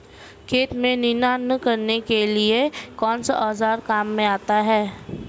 खेत में निनाण करने के लिए कौनसा औज़ार काम में आता है?